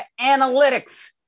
analytics